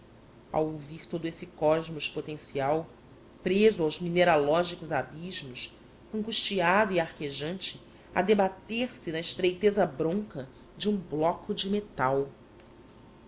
ouvir todo esse cosmos potencial preso aos mineralógicos abismos angustiado e arquejante a debater-se na estreiteza bronca de um bloco de metal